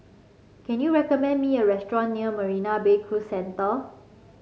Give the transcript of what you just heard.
can you recommend me a restaurant near Marina Bay Cruise Centre